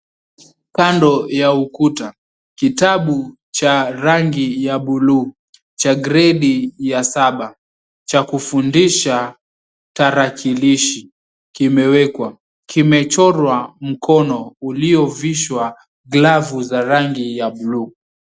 Kando ya ukuta kitabu cha rangi ya buluu cha gredi ya saba cha kufundisha tarakilishi kimewekwa, kimechorwa mkono uliovishwa glavu za rangi ya buluu.